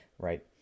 Right